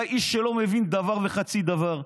אתה איש שלא מבין דבר וחצי דבר.